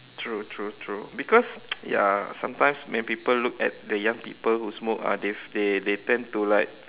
true true true because ya sometimes when people look at the young people who smoke ah they they they tend to like